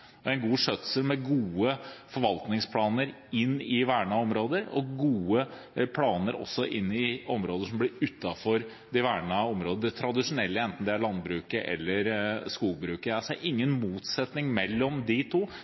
en god skjøtsel, en god skjøtsel med gode forvaltningsplaner for vernede områder og gode planer også for områder utenfor de vernede områdene – det tradisjonelle, enten det er landbruket eller skogbruket. Jeg ser ingen motsetning mellom de to.